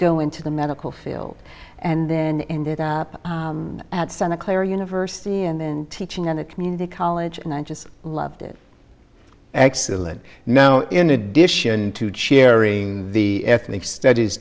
go into the medical field and then ended up at santa clara university and then teaching in a community college and i just loved it excellent now in addition to cherry the ethnic studies